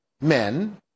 men